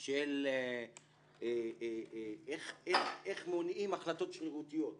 של איך מונעים החלטות שרירותיות פוליטיות?